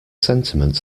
sentiment